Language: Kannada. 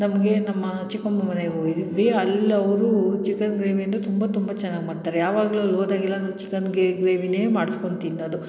ನಮಗೆ ನಮ್ಮ ಚಿಕ್ಕಮ್ಮಮ ಮನೆಗೆ ಹೋಗಿದ್ವಿ ಅಲ್ಲಿ ಅವರೂ ಚಿಕನ್ ಗ್ರೇವಿ ಇನ್ನೂ ತುಂಬ ತುಂಬ ಚೆನ್ನಾಗಿ ಮಾಡ್ತಾರೆ ಯಾವಾಗಲೂ ಅಲ್ಲಿ ಹೋದಾಗೆಲ್ಲ ನಾನು ಚಿಕನ್ ಗ್ರೇವಿಯೇ ಮಾಡ್ಸ್ಕೊಂಡು ತಿನ್ನೋದು